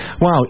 Wow